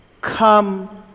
Come